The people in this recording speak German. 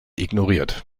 ignoriert